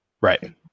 Right